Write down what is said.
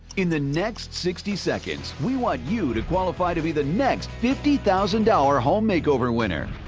in the next sixty seconds, we want you to qualify to be the next fifty thousand dollar home makeover winner.